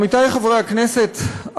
עמיתי חברי הכנסת,